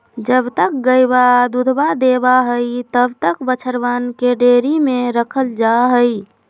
जब तक गयवा दूधवा देवा हई तब तक बछड़वन के डेयरी में रखल जाहई